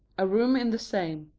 a room in the same.